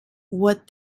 what